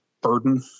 burden